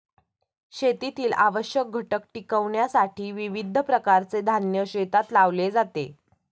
शेतीतील आवश्यक घटक टिकविण्यासाठी विविध प्रकारचे धान्य शेतात लावले जाते